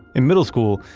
in middle school,